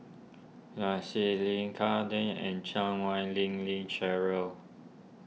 Nai Swee Leng car day and Chan Wei Ling Lee Cheryl